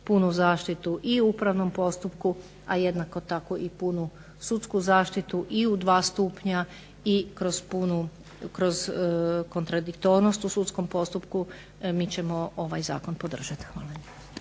punu zaštitu i u upravnom postupku, a jednako tako i punu sudsku zaštitu i u dva stupnja i kroz punu, kroz kontradiktornost u sudskom postupku. Mi ćemo ovaj zakon podržati. Hvala.